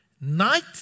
Night